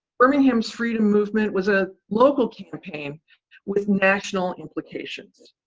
birmingham's freedom movement was a local campaign with national implications.